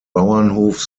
bauernhof